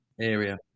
area